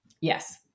yes